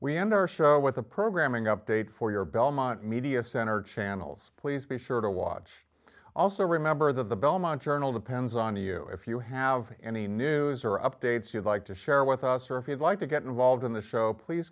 we end our show with a programming update for your belmont media center channels please be sure to watch also remember the belmont journal depends on you if you have any new or updates you'd like to share with us or if you'd like to get involved in the show please